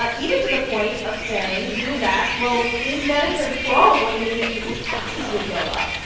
but even to the point of saying he was asked, asked, well, is medicare for all going to mean that people's taxes would go up?